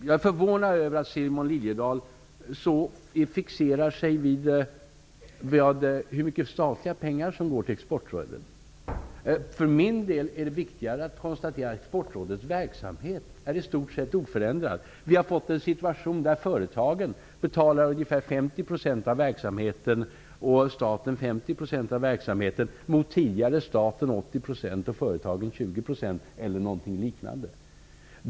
Jag är förvånad över att Simon Liliedahl så fixerar sig vid hur mycket statliga pengar som går till Exportrådet. För min del är det viktigare att konstatera att Exportrådets verksamhet i stort sett är oförändrad. Vi har fått en situation där företagen betalar ungefär 50 % av verksamheten och staten 50 %. Tidigare betalade staten 80 % och företagen 20 %, eller någonting liknande.